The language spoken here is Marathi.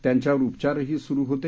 त्यांच्यावर उपचारही सुरु होते